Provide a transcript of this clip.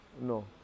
no